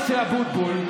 משה אבוטבול,